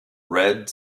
red